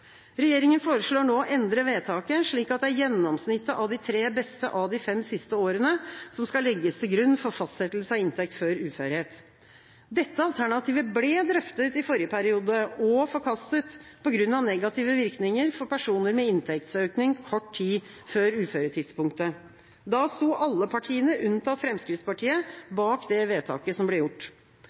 Regjeringa foreslår nå å endre vedtaket, slik at det er gjennomsnittet av de tre beste av de fem siste årene som skal legges til grunn for fastsettelse av inntekt før uførhet. Dette alternativet ble drøftet i forrige periode og forkastet på grunn av negative virkninger for personer med inntektsøkning kort tid før uføretidspunktet. Da sto alle partiene, unntatt Fremskrittspartiet, bak det vedtaket som ble gjort.